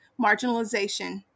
marginalization